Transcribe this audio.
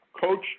Coach